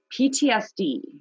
PTSD